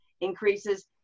increases